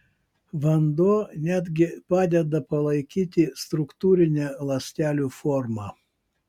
vanduo net gi padeda palaikyti struktūrinę ląstelių formą